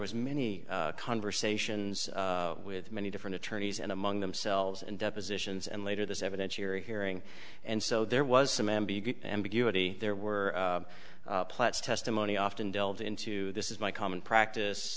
was many conversations with many different attorneys and among themselves and depositions and later this evidence you're hearing and so there was some ambiguity there were plants testimony often delved into this is my common practice